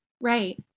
Right